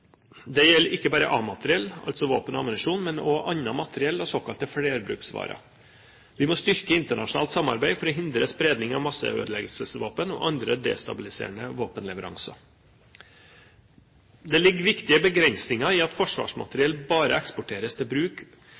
Det gjelder ikke bare A-materiell, altså våpen og ammunisjon, men også annet militært materiell og såkalte flerbruksvarer. Vi må styrke internasjonalt samarbeid for å hindre spredning av masseødeleggelsesvåpen og andre destabiliserende våpenleveranser. Det ligger viktige begrensninger i at forsvarsmateriell bare eksporteres til bruk